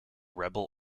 rebel